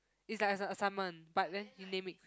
it's like a assignment but then he name it